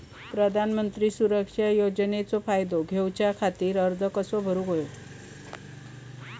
प्रधानमंत्री सुरक्षा योजनेचो फायदो घेऊच्या खाती अर्ज कसो भरुक होयो?